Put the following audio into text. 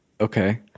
Okay